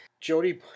Jody